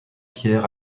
pierre